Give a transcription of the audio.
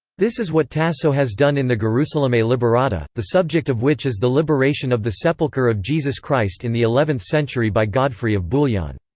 this is what tasso has done in the gerusalemme liberata, the subject of which is the liberation of the sepulchre of jesus christ in the eleventh century by godfrey of bouillon.